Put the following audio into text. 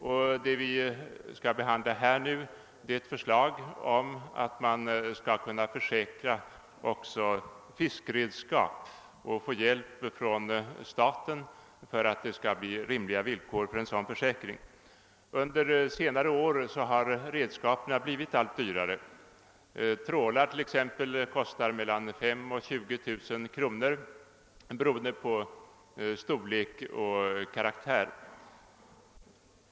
Vad vi skall behand la här nu är ett förslag om att man skall kunna försäkra också fiskredskap och få hjälp från staten för att det skall bli rimliga villkor för en sådan försäkring. Under senare år har redskapen blivit allt dyrare. Trålar t.ex. kostar mellan 5 000 och 20 000 kr., beroende på storlek och karaktär.